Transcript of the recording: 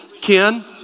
Ken